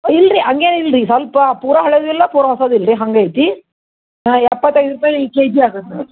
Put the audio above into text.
ಇಲ್ಲರಿ ಹಂಗೇನು ಇಲ್ಲರಿ ಸ್ವಲ್ಪ ಪೂರ ಹಳೇದು ಇಲ್ಲ ಪೂರ ಹೊಸದು ಇಲ್ರಿ ಹಂಗೆ ಐತೀ ಹಾಂ ಎಪ್ಪತ್ತೈದು ರೂಪಾಯಿ ಐದು ಕೆ ಜಿ ಆಗುತ್ತೆ ನೋಡ್ರಿ